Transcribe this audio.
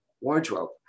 wardrobe